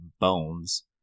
bones